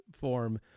form